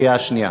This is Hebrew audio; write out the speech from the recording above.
קריאה שנייה.